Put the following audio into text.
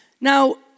Now